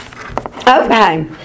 Okay